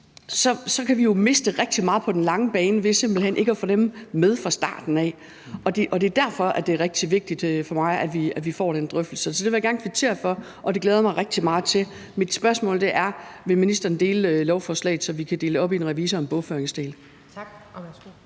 så kan vi jo miste rigtig meget på den lange bane ved simpelt hen ikke at få dem med fra starten af. Og det er derfor, at det er rigtig vigtigt for mig, at vi får den drøftelse. Så det vil jeg gerne kvittere for, og det glæder jeg mig rigtig meget til. Mit spørgsmål er: Vil ministeren dele lovforslaget, så vi kan dele det op i en revisor- og en bogføringsdel? Kl.